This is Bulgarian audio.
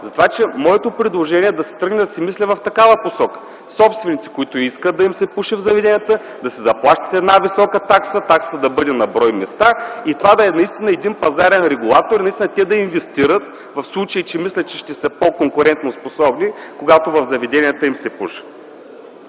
обоснована. Моето предложение е да се тръгне да се мисли в такава посока - собственици, които искат да им се пуши в заведенията, да си заплащат една висока такса, таксата да бъде на брой места и това да е един пазарен регулатор и те да инвестират в случай, че мислят, че ще бъдат по-конкурентноспособни, когато в заведенията им се пуши.